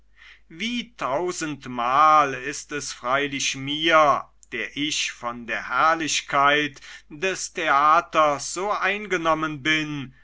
wie tausend mal ist es freilich mir der ich von der herrlichkeit des theaters so eingenommen bin